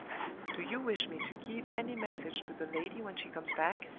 do you wish me to give any message to the lady when she comes back?